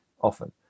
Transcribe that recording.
often